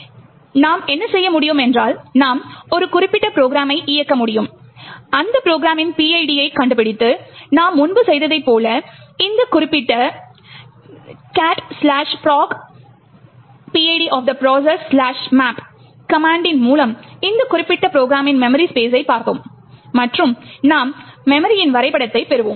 எனவே நாம் என்ன செய்ய முடியும் என்றால் நாம் ஒரு குறிப்பிட்ட ப்ரொக்ராமை இயக்க முடியும் அந்த ப்ரொக்ராமின் PID ஐக் கண்டுபிடித்து நாம் முன்பு செய்ததைப் போல இந்த குறிப்பிட்ட cat procPID of that processmaps கமாண்டின் மூலம் அந்த குறிப்பிட்ட ப்ரொக்ராமின் மெமரி ஸ்பெஸ்ஸை பார்த்தோம் மற்றும் நாம் மெமரியின் வரைப்படத்தைப் பெறுவோம்